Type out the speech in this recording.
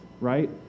right